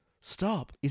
stop